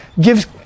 gives